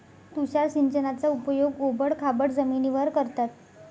तुषार सिंचनाचा उपयोग ओबड खाबड जमिनीवर करतात